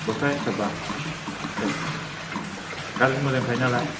बस्था हिसाब बा गाज्रि मोजां थायो नालाय